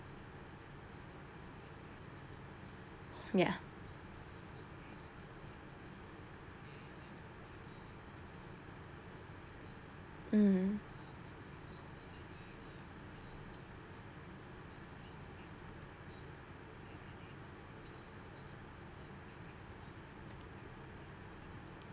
yeah mm